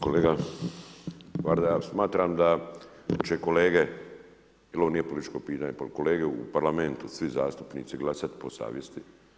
Kolega VArga, smatram da će kolege jel ovo nije političko pitanje, kolege u Parlamentu svi zastupnici glasati po savjesti.